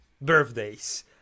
birthdays